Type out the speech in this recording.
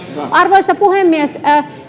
arvoisa puhemies